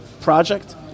project